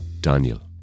Daniel